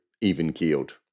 even-keeled